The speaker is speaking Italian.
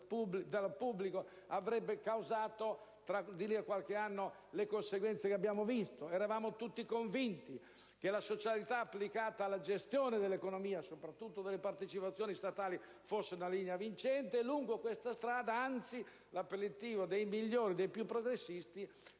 eccessiva avrebbe causato di lì a qualche anno le conseguenze che abbiamo visto. Eravamo tutti convinti che la socialità applicata alla gestione dell'economia, soprattutto delle partecipazioni statali, fosse una linea vincente, e lungo questa strada anzi l'appellativo dei migliori e dei più progressisti